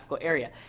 area